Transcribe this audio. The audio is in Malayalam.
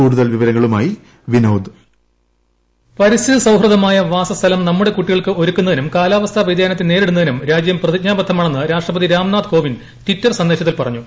കൂടുതൽ വിവരങ്ങളുമായി വിനോദ് വോയിസ് പരിസ്ഥിതി സൌഹൃദമായ വാസസ്ഥലം നമ്മുടെ കുട്ടികൾക്ക് ഒരുക്കുന്നതിനും കാലാവസ്ഥ വ്യതിയാനത്തെ നേരിടുന്നതിനും രാജ്യം പ്രതിജ്ഞാബദ്ധമാണെന്ന് രാഷ്ട്രപതി രാംനാഥ് കോവിന്ദ് ട്വിറ്റർ സന്ദേശത്തിൽ പറഞ്ഞു